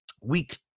week